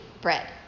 bread